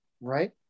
right